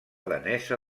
danesa